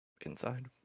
inside